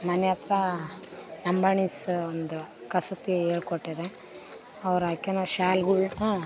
ಮನೆ ಹತ್ರ ಲಂಬಾಣಿಸ್ ಒಂದು ಕಸೂತಿ ಹೇಳ್ಕೊಟ್ಟಿದೆ ಅವ್ರುಹಾಕ್ಯನ್ನ ಶಾಲುಗಳ್ನ